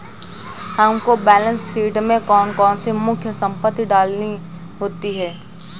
हमको balance sheet में कौन कौन सी मुख्य संपत्ति डालनी होती है?